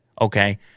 Okay